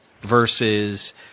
versus